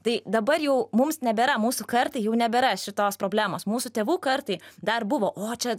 tai dabar jau mums nebėra mūsų kartai jau nebėra šitos problemos mūsų tėvų kartai dar buvo o čia